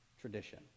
tradition